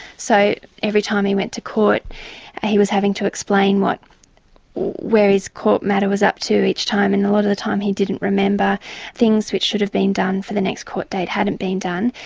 so every time he went to court he was having to explain where his court matter was up to each time, and a lot of the time he didn't remember things which should have been done for the next court date hadn't been done.